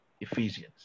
Ephesians